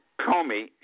Comey